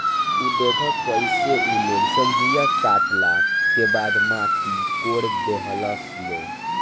उ देखऽ कइसे उ लोग सब्जीया काटला के बाद माटी कोड़ देहलस लो